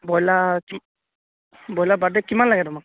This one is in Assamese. বইলাৰ কি বইলাৰ বাৰ্থডে কিমান লাগে তোমাক